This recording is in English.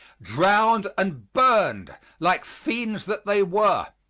drowned and burned like fiends that they were.